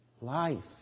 Life